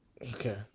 Okay